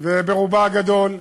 ברובה הגדול.